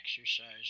exercise